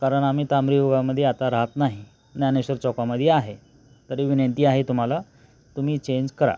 कारण आम्ही तांबरी विभागामध्ये आता राहत नाही ज्ञानेश्वर चौकामध्ये आहे तरी विनंती आहे तुम्हाला तुम्ही चेंज करा